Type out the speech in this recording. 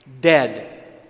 dead